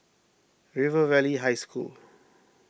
River Valley High School